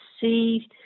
see